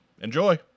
Enjoy